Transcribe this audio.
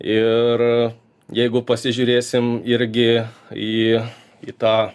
ir jeigu pasižiūrėsim irgi į į tą